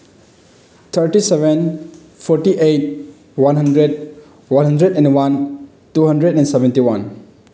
thirty seven forty eight one hundred one hundred and one two hundred and seventy one